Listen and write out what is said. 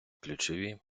ключові